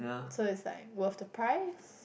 so is like worth the price